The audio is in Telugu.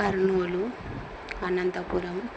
కర్నూలు అనంతపురం